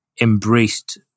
embraced